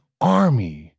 army